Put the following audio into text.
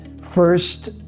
first